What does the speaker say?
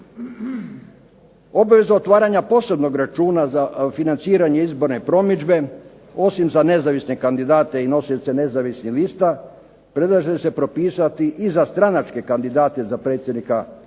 Obveza otvaranja posebnog računa za financiranje izborene promidžbe osim za nezavisne kandidate i nosioce nezavisnih lista predlaže se propisati i za stranačke kandidate za predsjednika Republike